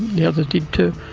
the others did too.